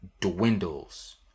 dwindles